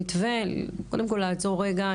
קודם כל לעצור רגע.